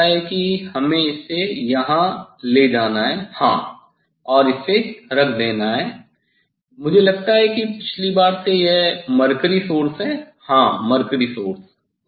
मुझे लगता है कि हमें इसे यहां ले जाना है हां और इसे रख देना है मुझे लगता है कि पिछली बार से यह मरकरी सोर्स है हां मरकरी सोर्स